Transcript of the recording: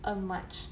earn much